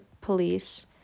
police